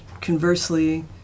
conversely